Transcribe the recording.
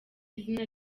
izina